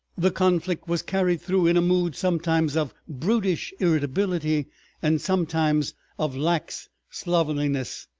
the conflict was carried through in a mood sometimes of brutish irritability and sometimes of lax slovenliness,